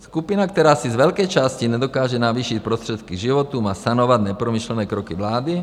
Skupina, která si z velké části nedokáže navýšit prostředky k životu, má sanovat nepromyšlené kroky vlády?